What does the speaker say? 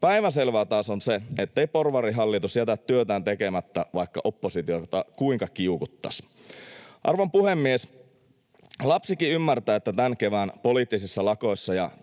päivänselvää taas on se, ettei porvarihallitus jätä työtään tekemättä, vaikka oppositiota kuinka kiukuttaisi. Arvon puhemies! Lapsikin ymmärtää, että tämän kevään poliittisissa lakoissa ja